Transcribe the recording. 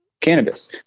cannabis